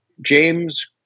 James